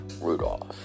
Rudolph